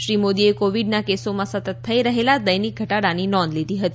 શ્રી મોદીએ કોવિડના કેસોમાં સતત થઇ રહેલા દૈનિક ઘટાડાની નોંધ લીધી હતી